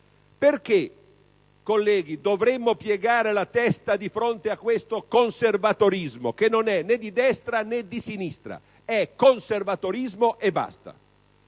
Perché, colleghi, dovremmo piegare la testa di fronte a questo conservatorismo, che non è né di destra né di sinistra, ma è conservatorismo e basta?